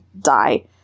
die